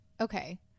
Okay